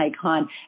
icon